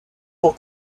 pour